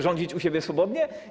rządzić się u siebie swobodnie?